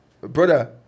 brother